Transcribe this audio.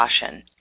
caution